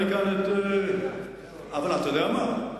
אתה יודע מה,